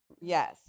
yes